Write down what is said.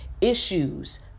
issues